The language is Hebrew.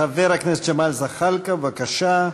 חבר הכנסת ג'מאל זחאלקה, בבקשה.